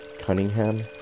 Cunningham